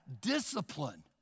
discipline